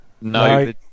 No